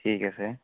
ঠিক আছে